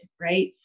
right